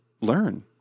learn